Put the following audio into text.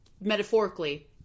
metaphorically